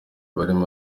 barimo